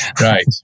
Right